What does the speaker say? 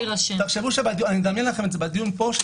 תחשבו שבדיון פה,